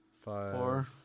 Four